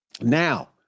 Now